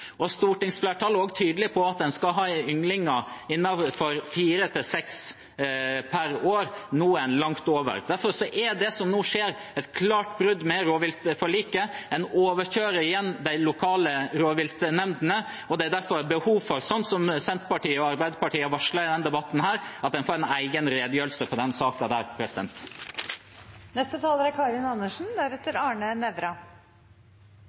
har stortingsflertallet gjort, og stortingsflertallet er også tydelig på at man skal ha fire–seks ynglinger per år, nå er det langt over. Derfor er det som nå skjer, et klart brudd med rovviltforliket. Man overkjører igjen de lokale rovviltnemndene, og det er derfor behov for – slik Senterpartiet og Arbeiderpartiet har varslet i denne debatten – at vi får en egen redegjørelse om denne saken. Nå er